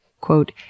Quote